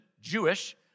Jewish